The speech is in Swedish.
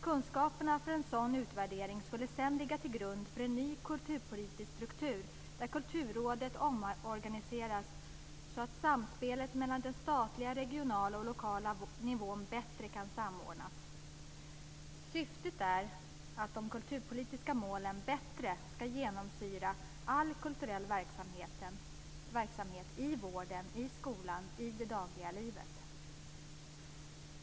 Kunskaperna från en sådan utvärdering skulle sedan ligga till grund för en ny kulturpolitisk struktur där Kulturrådet omorganiseras så att samspelet mellan den statliga, regionala och lokala nivån bättre kan samordnas. Syftet är att de kulturpolitiska målen bättre ska genomsyra all kulturell verksamhet i vården, i skolan och i det dagliga livet.